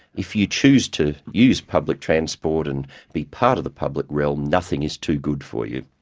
if you choose to use public transport and be part of the public realm, nothing is too good for you.